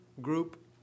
group